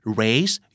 raise